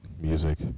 music